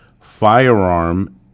firearm